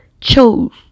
chose